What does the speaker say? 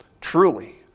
truly